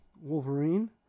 Wolverine